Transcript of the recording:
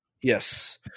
Yes